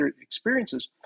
experiences